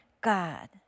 God